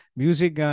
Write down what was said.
music